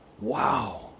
Wow